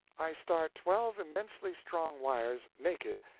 i start twelve immensely strong wires naked,